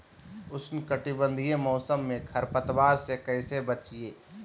उष्णकटिबंधीय मौसम में खरपतवार से कैसे बचिये?